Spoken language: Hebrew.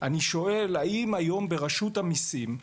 אני שואל האם היום ברשות המיסים,